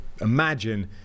imagine